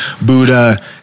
Buddha